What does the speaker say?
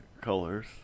colors